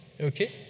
Okay